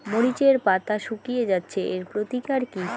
মরিচের পাতা শুকিয়ে যাচ্ছে এর প্রতিকার কি?